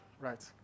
right